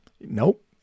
Nope